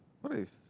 what if